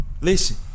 Listen